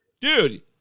Dude